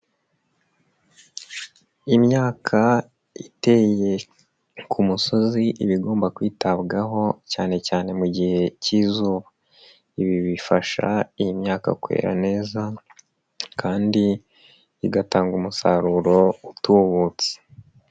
Imyaka iteye ku musozi iba igomba kwitabwaho cyane cyane mu gihe k'izuba. Ibi bifasha iyi myaka kwera neza kandi igatanga umusaruro utubutse.